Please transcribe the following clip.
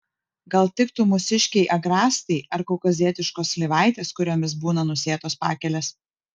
gal tiktų mūsiškiai agrastai ar kaukazietiškos slyvaitės kuriomis būna nusėtos pakelės